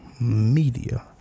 media